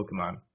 Pokemon